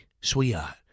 sweetheart